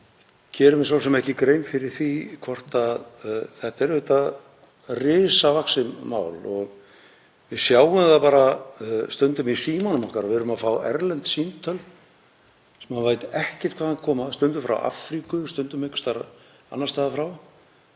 Ég geri mér svo sem ekki grein fyrir því, þetta er auðvitað risavaxið mál og við sjáum það bara stundum í símanum okkar að við erum að fá erlend símtöl, sem maður veit ekkert hvaðan koma, stundum frá Afríku, stundum einhvers staðar annars staðar frá,